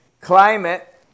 Climate